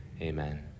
Amen